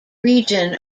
region